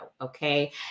Okay